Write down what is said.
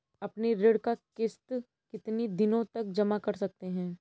अपनी ऋण का किश्त कितनी दिनों तक जमा कर सकते हैं?